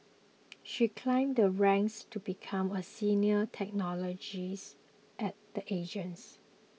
she climbed the ranks to become a senior technologist at the agency